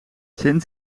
sinds